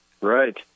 Right